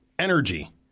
Energy